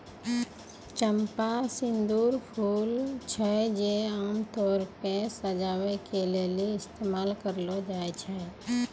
चंपा सुंदर फूल छै जे आमतौरो पे सजाबै के लेली इस्तेमाल करलो जाय छै